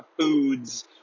foods